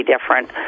different